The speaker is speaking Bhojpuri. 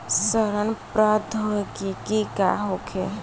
सड़न प्रधौगिकी का होखे?